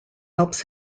helps